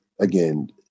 again